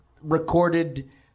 recorded